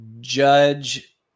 judge